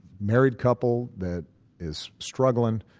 married couple that is struggling,